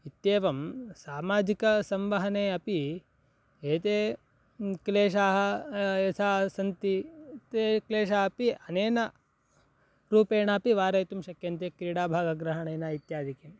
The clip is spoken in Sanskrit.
इत्येवं सामाजिकसंवहने अपि एते क्लेशाः यथा सन्ति ते क्लेशाः अपि अनेन रूपेणापि वारयितुं शक्यन्ते क्रीडाभाग्रहणेन इत्यादिकम्